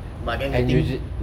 but then the thing